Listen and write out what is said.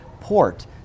port